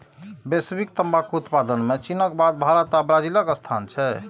वैश्विक तंबाकू उत्पादन मे चीनक बाद भारत आ ब्राजीलक स्थान छै